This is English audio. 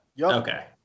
okay